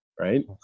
right